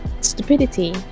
stupidity